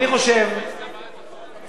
סגן השר יצחק כהן, אני חושב